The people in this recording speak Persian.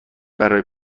برای